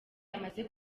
yamaze